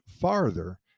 farther